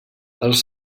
els